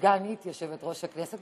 סגנית יושב-ראש הכנסת,